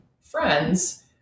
friends